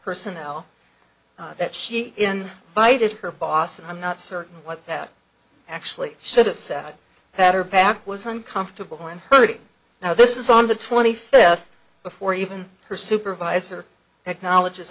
personnel that she in bided her boss and i'm not certain what that actually should have said that her back was uncomfortable and hurting now this is on the twenty fifth before even her supervisor acknowledges